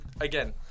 again